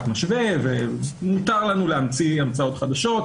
משווה ומותר לנו להמציא המצאות חדשות,